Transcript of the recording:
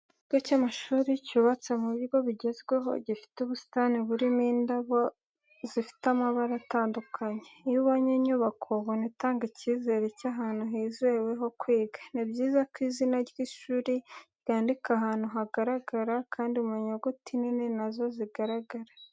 Ikigo cy'amashuri cyubatse mu buryo bugezweho, gifite ubusitani burimo indabo zifite amabara atandukanye. Iyo ubonye inyubako ubona itanga icyizere cy'ahantu hizewe ho kwiga. Ni byiza ko izina ry'ishuri ryandikwa ahantu hagaragara kandi mu nyuguti nini na zo zigaragara.